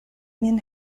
min